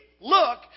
look